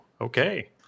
okay